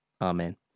Amen